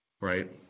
right